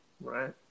right